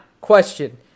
question